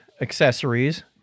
accessories